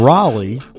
Raleigh